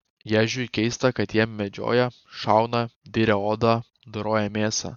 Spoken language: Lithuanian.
ježiui keista kai jie medžioja šauna diria odą doroja mėsą